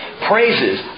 Praises